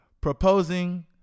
proposing